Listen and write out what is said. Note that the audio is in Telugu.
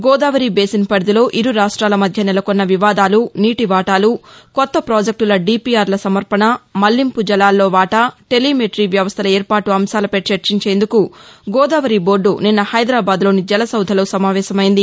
గోదా వరి బేసిన్ పరిధిలో ఇరు రాఫ్టిల మధ్య నెలకొన్న వివాదాలు నీటి వాటాలు కొత్త పాజెక్టుల డీపీఆర్ల సమర్పణ మల్లింపు జలాల్లో వాటా టెలిమెట్రీ వ్యవస్థల ఏర్పాటు అంశాలపై చర్చించేందుకు గోదావరి బోర్డు నిన్న హైదరాబాద్లోని జలసౌధలో సమావేశమైంది